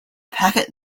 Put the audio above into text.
packet